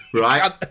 right